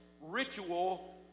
ritual